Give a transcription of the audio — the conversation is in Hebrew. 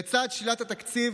לצד שלילת התקציב,